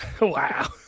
wow